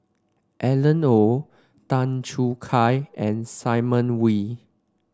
Alan Oei Tan Choo Kai and Simon Wee